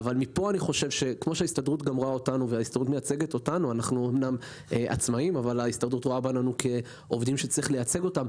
אבל ההסתדרות מייצגת אותנו ורואה בנו כעובדים שצריך לייצג אותם.